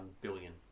billion